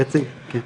היציג, כן.